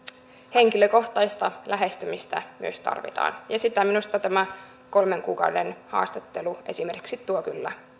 henkilökohtaista lähestymistä myös tarvitaan ja sitä minusta tämä kolmen kuukauden haastattelu esimerkiksi tuo kyllä